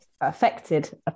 affected